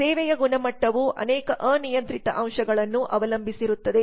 ಸೇವೆಯ ಗುಣಮಟ್ಟವು ಅನೇಕ ಅನಿಯಂತ್ರಿತ ಅಂಶಗಳನ್ನು ಅವಲಂಬಿಸಿರುತ್ತದೆ